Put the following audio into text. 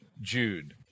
Jude